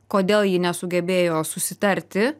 kodėl ji nesugebėjo susitarti